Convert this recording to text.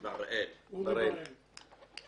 הערות.